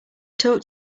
talk